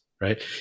right